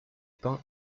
pins